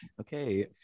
Okay